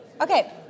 Okay